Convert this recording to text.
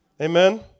Amen